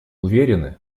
уверены